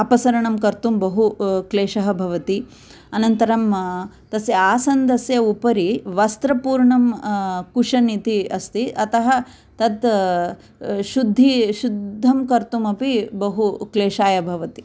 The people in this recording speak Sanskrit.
अपसरणं कर्तुं बहु क्लेशः भवति अनन्तरं तस्य आसन्दस्य उपरि वस्त्रपूर्णं कुषन् इति अस्ति अतः तद् शुद्धि शुद्धं कर्तुं अपि बहु क्लेशाय भवति